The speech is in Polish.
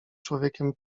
człowiekiem